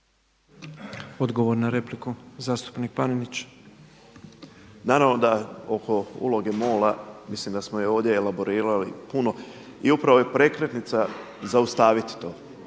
Odgovor na repliku zastupnik Panenić. **Panenić, Tomislav (MOST)** Naravno da oko uloge MOL-a mislim da smo je ovdje elaborirali puno i upravo je prekretnica zaustaviti to,